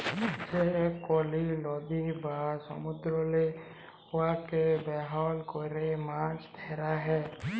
যে কল লদী বা সমুদ্দুরেল্লে উয়াকে বাহল ক্যরে মাছ ধ্যরা হ্যয়